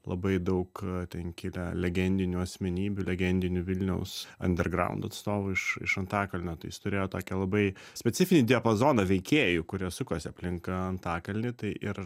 labai daug ten kilę legendinių asmenybių legendinių vilniaus andergrauno atstovų iš iš antakalnio tai jis turėjo tokią labai specifinį diapazoną veikėjų kurie sukosi aplink antakalnį tai ir